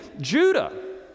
Judah